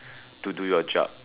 to do your job